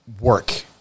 work